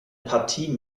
partie